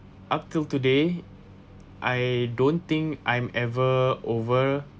up till today I don't think I'm ever over